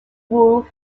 roof